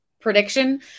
prediction